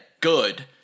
good